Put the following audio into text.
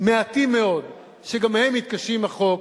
מעטים מאוד, שגם הם מתקשים עם החוק.